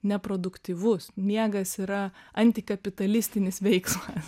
neproduktyvus miegas yra antikapitalistinis veiksmas